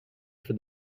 for